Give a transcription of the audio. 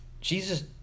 Jesus